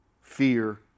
fear